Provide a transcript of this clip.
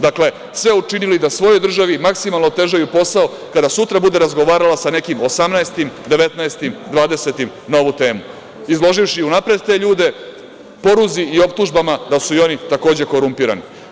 Dakle, sve učinili da svojoj državi maksimalno otežaju posao kada sutra bude razgovarala sa nekim osamnaestim, devetnaestim, dvadesetim na ovu temu, izloživši unapred te ljudi poruzi i optužbama da su i oni takođe korumpirani.